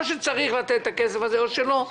או שצריך לתת את הכסף הזה או שלא.